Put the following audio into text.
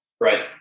Right